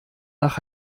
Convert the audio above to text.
nach